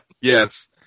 Yes